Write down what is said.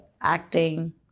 acting